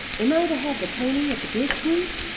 am i to have the pony at the bridge meet?